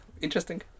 interesting